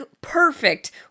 perfect